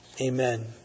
Amen